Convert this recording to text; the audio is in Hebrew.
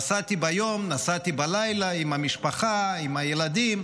נסעתי ביום, נסעתי בלילה, עם המשפחה, עם הילדים,